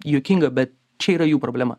juokinga bet čia yra jų problema